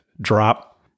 drop